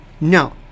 No